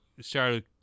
started